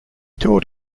taught